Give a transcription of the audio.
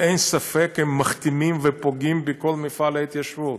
אין ספק, הם מכתימים, פוגעים בכל מפעל ההתיישבות.